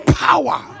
power